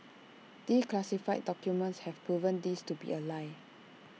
declassified documents have proven this to be A lie